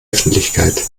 öffentlichkeit